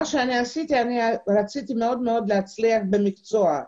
אני רציתי להצליח במקצוע.